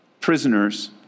prisoners